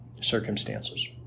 circumstances